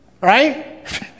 Right